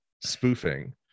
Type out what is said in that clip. spoofing